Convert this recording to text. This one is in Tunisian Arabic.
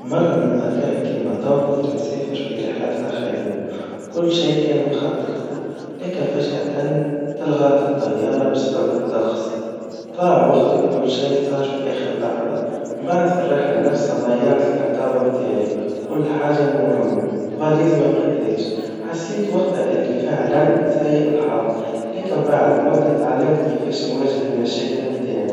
مرة بنتذكرا كيما تو كنت مسافر في رحلا متاع خدما, كل شي كان مخططله, لكن فجأةً, اتلغت الطيارا بسبب الطقس, ضاع وقتي وكل شي صار في آخر لحظا, منبعد في الرحلا نفسها, ضيعت الكرتابا متاعي, كل حاجا المهما, فاليز ملقيتهاش, حسيت وقتها اللي فعلاً كنت سيء الحظ, لكن بعد مدة, تعلمت كيفاش نواجه المشاكل متاعي.